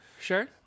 Sure